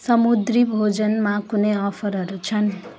समुद्री भोजनमा कुनै अफरहरू छन्